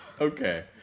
Okay